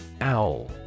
Owl